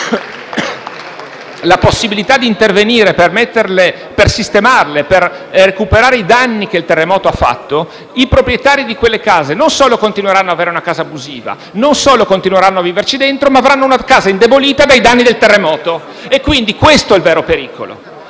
la possibilità di intervenire per sistemarle e recuperare i danni prodotti dal terremoto, non solo continueranno ad avere una casa abusiva, non solo continueranno a viverci dentro, ma avranno una casa indebolita dai danni del terremoto. Questo è il vero pericolo